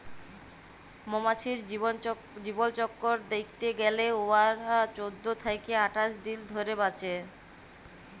মমাছির জীবলচক্কর দ্যাইখতে গ্যালে উয়ারা চোদ্দ থ্যাইকে আঠাশ দিল ধইরে বাঁচে